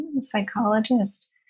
psychologist